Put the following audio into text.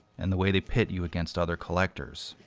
and the way they pit you against other collectors.